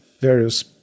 various